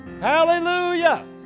Hallelujah